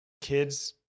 kids